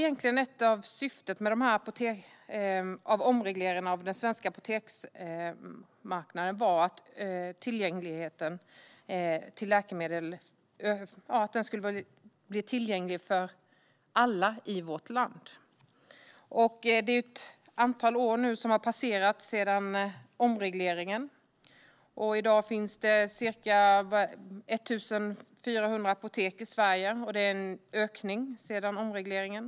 Ett av syftena med omregleringen av den svenska apoteksmarknaden var att öka tillgängligheten till läkemedel för alla i vårt land. Ett antal år har nu passerat sedan omregleringen av apoteksmarknaden. I dag finns det drygt ca 1 400 apotek i Sverige, vilket är en ökning sedan omregleringen.